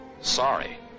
Sorry